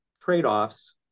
trade-offs